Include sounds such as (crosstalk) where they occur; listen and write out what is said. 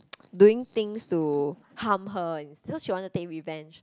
(noise) doing things to harm her and because she want to take revenge